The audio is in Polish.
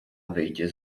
wyjdzie